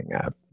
up